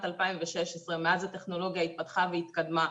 2016. מאז הטכנולוגיה התפתחה והתקדמה.